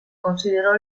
consideró